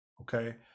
Okay